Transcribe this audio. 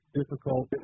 difficult